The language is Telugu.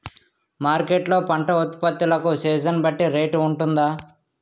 మార్కెట్ లొ పంట ఉత్పత్తి లకు సీజన్ బట్టి రేట్ వుంటుందా?